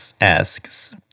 asks